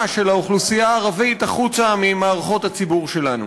של האוכלוסייה הערבית החוצה ממערכות הציבור שלנו,